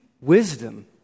wisdom